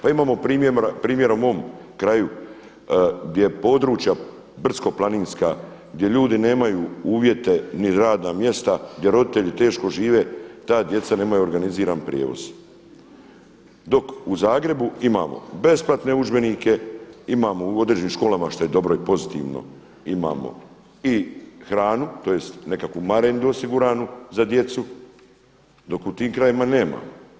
Pa imamo primjer u mom kraju gdje područja brdsko-planinska gdje ljudi nemaju uvjete niti radna mjesta, gdje roditelji teško žive, ta djeca nemaju organiziran prijevoz, dok u Zagrebu imamo besplatne udžbenike, imamo u određenim školama što je dobro i pozitivno imamo i hranu tj. nekakvu marendu osiguranu za djecu, dok u tim krajevima nemamo.